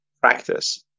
practice